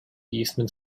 eastman